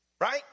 right